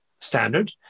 standard